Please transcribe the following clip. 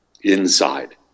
inside